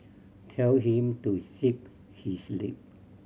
tell him to zip his lip